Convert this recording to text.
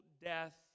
death